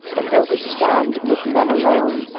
and though he stand mid men alone,